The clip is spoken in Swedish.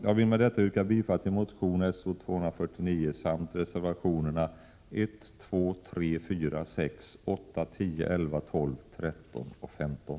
Jag vill med detta yrka bifall till motion §0249 samt till reservationerna 1, 2, 3, 4, 6, 8, 10, 11, 12, 13 och 15.